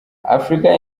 africa